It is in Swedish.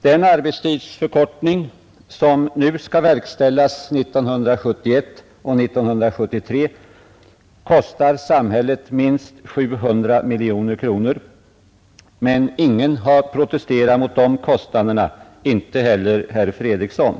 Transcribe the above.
Den arbetstidsförkortning som nu skall ä ik / ÄR Onsdagen den verkställas 1971 och 1973 kostar samhället minst 700 miljoner kronor, -: 17 mars 1971 men ingen har protesterat mot de kostnaderna, inte heller herr Fredriksson.